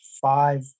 five